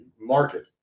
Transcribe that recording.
market